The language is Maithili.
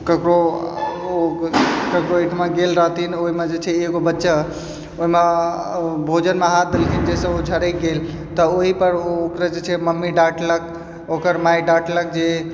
ककरो ओ ककरो ओहिठिमा गेल रहथिन ओहिमे जे छै एगो बच्चा ओहिमे भोजनमे हाथ देलकै जाहिसँ ओ झड़कि गेल तऽ ओहीपर ओकरा जे छै मम्मी ओकरा डाँटलक ओकर माय डाँटलक जे